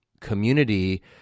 community